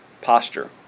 posture